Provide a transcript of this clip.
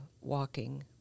walking